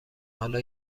حالا